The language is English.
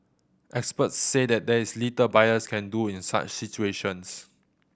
experts said there is little buyers can do in such situations